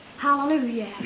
Hallelujah